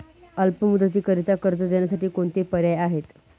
अल्प मुदतीकरीता कर्ज देण्यासाठी कोणते पर्याय आहेत?